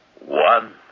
One